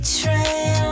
train